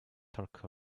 talk